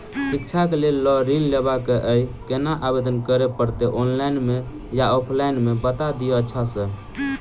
शिक्षा केँ लेल लऽ ऋण लेबाक अई केना आवेदन करै पड़तै ऑनलाइन मे या ऑफलाइन मे बता दिय अच्छा सऽ?